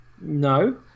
no